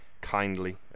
Kindly